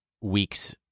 weeks